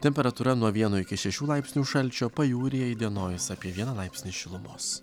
temperatūra nuo vieno iki šešių laipsnių šalčio pajūryje įdienojus apie vieną laipsnį šilumos